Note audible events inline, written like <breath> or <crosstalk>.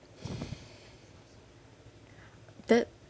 <breath> that